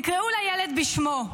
תקראו לילד בשמו.